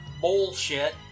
bullshit